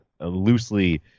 loosely